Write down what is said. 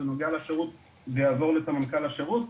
כשזה נוגע לשירות זה יעבור לסמנכ"ל השירות.